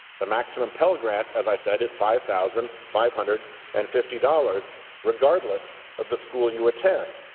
the maximum pell grant, as i said, is five thousand five hundred and fifty dollars regardless of the school you attend.